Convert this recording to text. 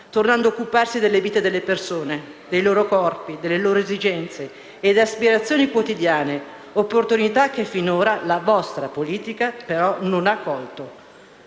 tornando a occuparsi delle vite delle persone, dei loro corpi, delle loro esigenze e aspirazioni quotidiane; opportunità che finora, però, la vostra politica non ha colto.